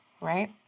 right